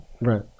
Right